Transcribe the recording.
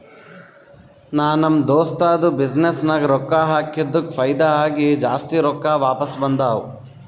ನಾ ನಮ್ ದೋಸ್ತದು ಬಿಸಿನ್ನೆಸ್ ನಾಗ್ ರೊಕ್ಕಾ ಹಾಕಿದ್ದುಕ್ ಫೈದಾ ಆಗಿ ಜಾಸ್ತಿ ರೊಕ್ಕಾ ವಾಪಿಸ್ ಬಂದಾವ್